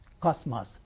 cosmos